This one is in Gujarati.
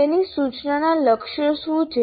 તેના સૂચનાના લક્ષ્યો શું છે